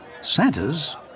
Santa's